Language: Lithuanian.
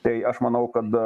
tai aš manau kad